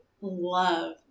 love